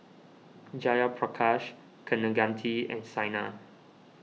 Jayaprakash Kaneganti and Saina